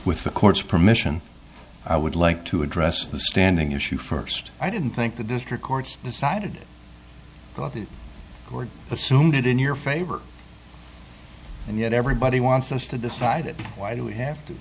with the court's permission i would like to address the standing issue first i didn't think the district court decided or assumed it in your favor and yet everybody wants us to decide why do we have